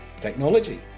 Technology